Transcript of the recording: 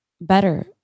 better